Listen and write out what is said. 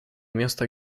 место